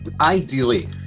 ideally